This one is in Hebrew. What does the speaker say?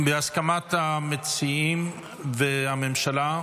בהסכמת המציעים והממשלה,